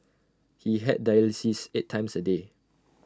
he had dialysis eight times A day